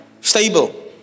Stable